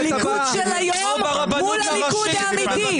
הליכוד של היום מול הליכוד האמיתי,